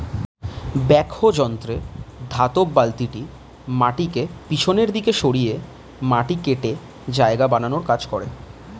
backhoe যন্ত্রে ধাতব বালতিটি মাটিকে পিছনের দিকে সরিয়ে মাটি কেটে জায়গা বানানোর কাজ করে